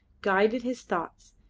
guided his thoughts,